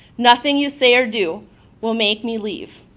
nothing you say or do will make me leave.